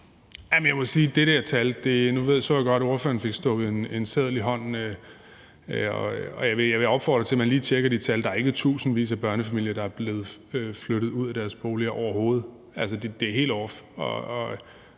Jeg må sige i forhold til det der tal, og nu så jeg godt, at ordføreren fik stukket en seddel i hånden, at jeg vil opfordre til, at man lige tjekker det. Der er ikke tusindvis af børnefamilier, der er blevet flyttet ud af deres boliger – overhovedet. Altså, det er helt off,